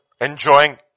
enjoying